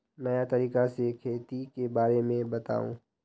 नया तरीका से खेती के बारे में बताऊं?